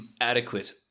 Adequate